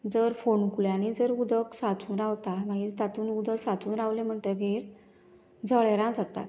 जर फोणकुल्यांनी जर उदक सांचून रावता मागीर तातूंत उदक सांचून रावले म्हणटगीर जळेरां जातात